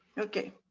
okay.